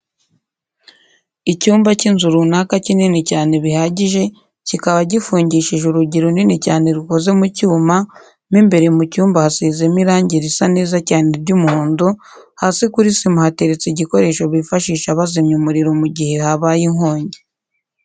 Icyumba cy'inzu runaka kinini cyane bihagije, kikaba gifungishije urugi runini cyane rukoze mu cyuma, mo imbere mu cyumba hasizemo irange risa neza cyane ry'umuhondo, hasi kuri sima hateretse igikoresho bifashisha bazimya umuriro mu gihe habaye inkongi.